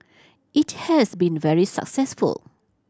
it has been very successful